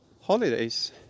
holidays